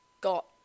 got